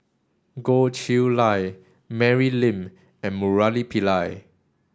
Goh Chiew Lye Mary Lim and Murali Pillai